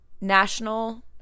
National